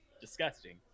disgusting